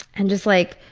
and just like